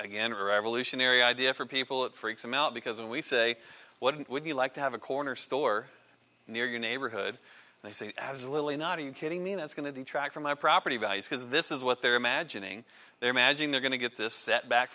again a revolutionary idea for people it freaks me out because when we say what it would be like to have a corner store near your neighborhood they say absolutely not are you kidding me that's going to detract from my property values because this is what they're imagining they're magic they're going to get this set back